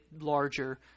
larger